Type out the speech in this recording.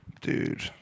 Dude